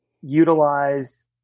utilize